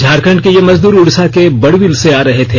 झारखण्ड के ये मजदूर उड़ीसा के बड़विल से आ रहे थे